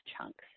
chunks